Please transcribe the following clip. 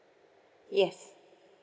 yes